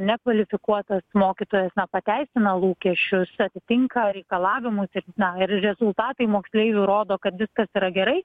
nekvalifikuotas mokytojas na pateisina lūkesčius atitinka reikalavimus ir na ir rezultatai moksleivių rodo kad viskas yra gerai